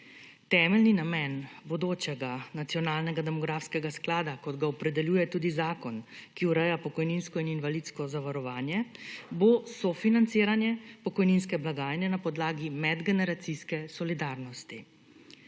Temeljni namen bodočega nacionalnega demografskega sklada, kot ga opredeljuje tudi zakon, ki ureja pokojninsko in invalidsko zavarovanje, bo sofinanciranje pokojninske blagajne na podlagi medgeneracijske solidarnosti.